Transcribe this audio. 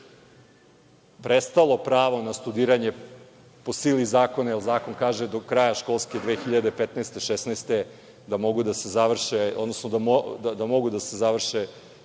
prestalo pravo na studiranje po sili zakona, jer zakon kaže do kraja školske 2015/2016. godine da mogu da se završe,